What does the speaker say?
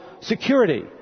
security